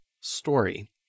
Story